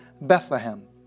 Bethlehem